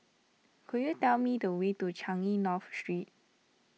could you tell me the way to Changi North Street